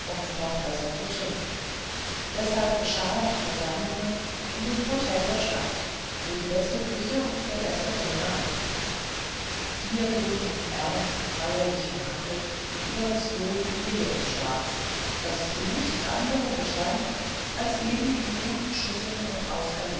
noch besser zu trinken deshalb geschahen die versammlungen in dem hotel der stadt wo die beste küche und der beste keller anzutreffen hier wurde nun ernst und feierlich verhandelt über das wohl und wehe des staats das in nichts anderm bestand als eben in guten schüsseln und